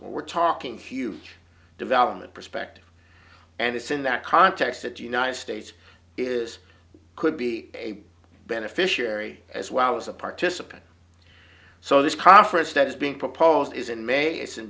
what we're talking huge development perspective and it's in that context that united states is could be a beneficiary as well as a participant so this proffer instead is being proposed is in may it's in